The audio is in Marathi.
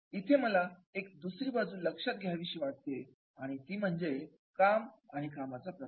इथे मला एक दुसरी बाजू लक्षात घ्यावीशी वाटते आणि ती म्हणजे काम आणि कामाचा प्रकार